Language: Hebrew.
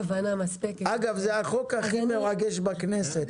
אגב, זה החוק הכי מרגש בכנסת.